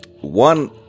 one